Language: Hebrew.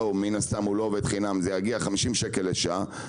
כי החברה לא עובדת חינם וזה יגיע ל-50 שקלים לשעה,